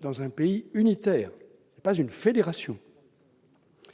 dans un pays unitaire- la France n'est pas une fédération -,